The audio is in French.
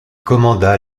commanda